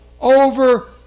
over